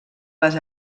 les